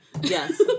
Yes